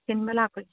ꯊꯤꯟꯕ ꯂꯥꯛꯄꯩ